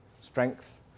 strength